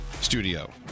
Studio